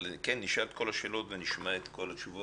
נשאל את כל השאלות ונשמע את כל התשובות.